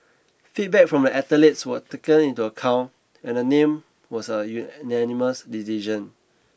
feedback from the athletes were taken into account and the name was an unanimous decision